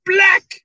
Black